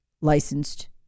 licensed